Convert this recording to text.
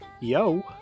Yo